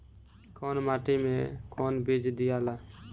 कौन माटी मे कौन बीज दियाला?